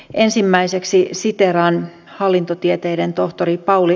ensimmäiseksi siteeraan hallintotieteiden tohtori pauli